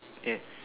yes